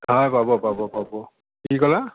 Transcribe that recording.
হয় পাব পাব পাব কি ক'লা